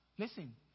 Listen